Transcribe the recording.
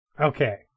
Okay